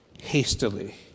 hastily